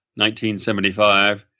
1975